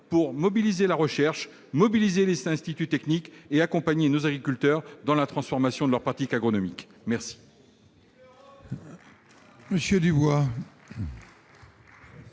pour mobiliser la recherche et les instituts techniques, mais aussi pour accompagner nos agriculteurs dans la transformation de leurs pratiques agronomiques. Vive